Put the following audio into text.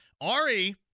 Ari